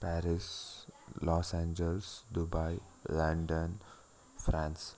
Paris Los Angeles Dubai London France